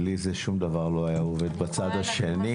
בלי זה שום דבר לא היה עובד בצד השני.